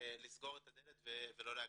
ולסגור את הדלת ולא להקשיב.